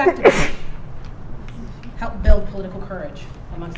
that help build political courage and